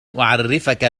أعرّفك